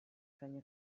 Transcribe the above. feina